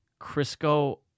Crisco